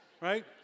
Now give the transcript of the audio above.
right